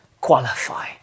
qualify